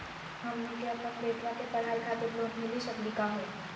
हमनी के अपन बेटवा के पढाई खातीर लोन मिली सकली का हो?